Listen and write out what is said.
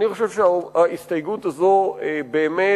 אני חושב שההסתייגות הזאת באמת